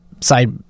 side